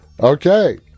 Okay